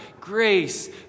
grace